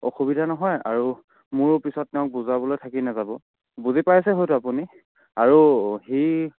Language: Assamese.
অসুবিধা নহয় আৰু মোৰো পিছত তেওঁক বুজাবলৈ থাকি নাযাব বুজি পাইছে হয়টো আপুনি আৰু সি